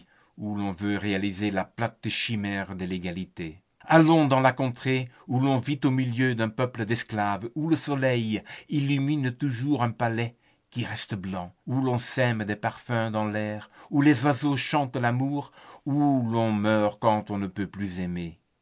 où l'on veut réaliser la plate chimère de l'égalité allons dans la contrée où l'on vit au milieu d'un peuple d'esclaves où le soleil illumine toujours un palais qui reste blanc où l'on sème des parfums dans l'air où les oiseaux chantent l'amour et où l'on meurt quand on ne peut plus aimer